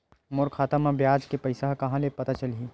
मोर खाता म ब्याज के पईसा ह कहां ले पता चलही?